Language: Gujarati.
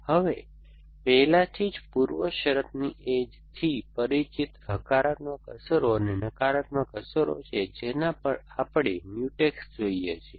હવે પહેલાથી જ પૂર્વશરતની એજ થી પરિચિત હકારાત્મક અસરો અને નકારાત્મક અસરો છે જેના પર આપણે Mutex જોઈએ છીએ